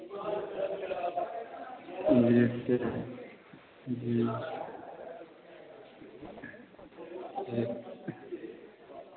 जीते हैं जी